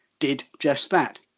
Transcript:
did just that.